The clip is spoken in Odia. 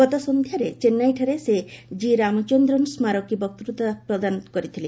ଗତ ସନ୍ଧ୍ୟାରେ ଚେନ୍ନାଇଠାରେ ସେ ଜିରାମଚନ୍ଦ୍ରନ୍ ସ୍କାରକୀ ବକ୍ତୃତା ପ୍ରଦାନ କରିଥିଲେ